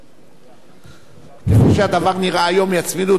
יצמידו את הבחירות של הכנסת לרשויות המקומיות,